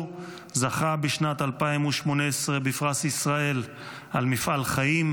זכה בשנת 2018 בפרס ישראל על מפעל חיים,